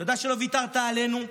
תודה שלא ויתרת עלינו,